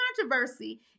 controversy